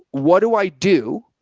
what do i do?